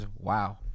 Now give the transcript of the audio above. Wow